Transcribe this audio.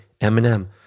Eminem